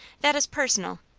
that is personal.